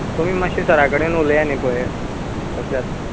तुमी मात्शें सरा कडेन उलयात न्ही पय कशें जात तें